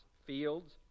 fields